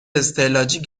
استعلاجی